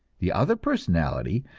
the other personality,